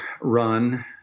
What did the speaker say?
Run